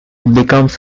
becomes